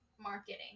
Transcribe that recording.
marketing